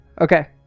okay